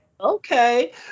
Okay